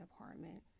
apartment